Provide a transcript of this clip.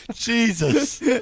Jesus